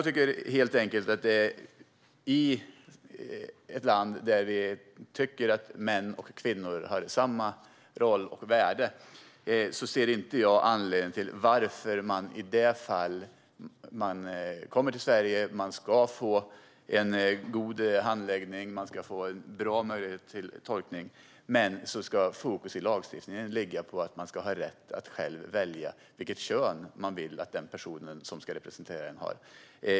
I ett land där vi tycker att män och kvinnor har samma roll och värde ser inte jag anledningen till att fokus i lagstiftningen för den som kommer till Sverige och får en god handläggning och en bra möjlighet till tolkning ska ligga på att man ska ha rätt att själv välja vilket kön man vill att den person som ska representera en har.